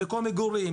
מקום מגורים,